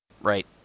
Right